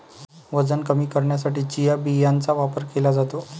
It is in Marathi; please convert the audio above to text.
वजन कमी करण्यासाठी चिया बियांचा वापर केला जातो